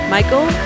Michael